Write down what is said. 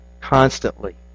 constantly